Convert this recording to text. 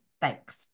Thanks